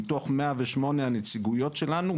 מתוך 108 הנציגויות שלנו,